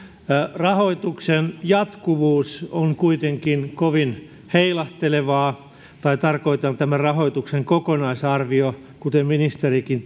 rahoituksen jatkuvuus on kuitenkin kovin heilahtelevaa tai tarkoitan tämän rahoituksen kokonaisarvio kuten ministerikin